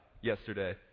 yesterday